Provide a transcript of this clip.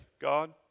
God